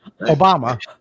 Obama